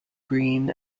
green